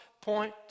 point